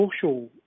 social